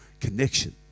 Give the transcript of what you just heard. connection